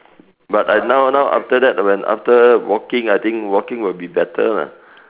but I now now after that when after walking I think walking would be better lah